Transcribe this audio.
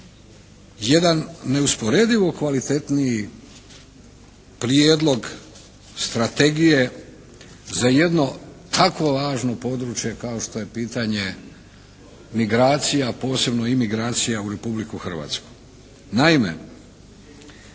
jedan neusporedivo kvalitetniji prijedlog strategije za jedno tako važno područje kao što je pitanje migracija a posebno imigracija u Republiku Hrvatsku.